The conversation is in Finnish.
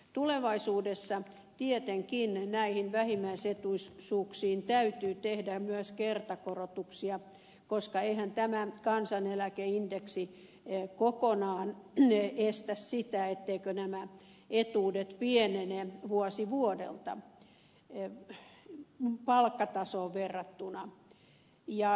tulevaisuudessa tietenkin näihin vähimmäisetuisuuksiin täytyy tehdä myös kertakorotuksia koska eihän tämä kansaneläkeindeksi kokonaan estä sitä että nämä etuudet pienenevät vuosi vuodelta palkkatasoon verrattuna